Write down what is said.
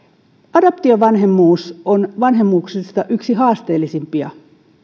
adoptiovanhemmuus on vanhemmuuksista yksi haasteellisimpia